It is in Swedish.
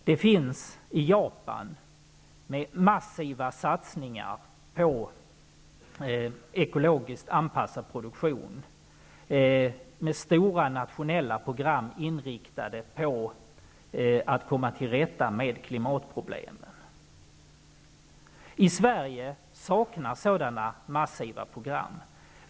Den finns i Japan, med massiva satsningar på ekologiskt anpassad produktion, med stora nationella program inriktade på att komma till rätta med klimatproblemen. I Sverige saknas sådana massiva program.